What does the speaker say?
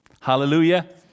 Hallelujah